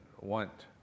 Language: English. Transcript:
want